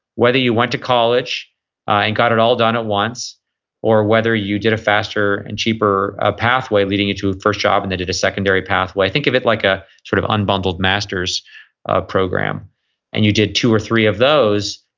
whether you went to college and got it all done at once or whether you did a faster and cheaper ah pathway leading into a first job and then did a secondary pathway, i think of it like an ah sort of unbundled master's ah program and you did two or three of those,